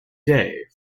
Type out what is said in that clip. day